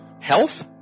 health